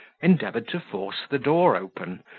endeavoured to force the door open,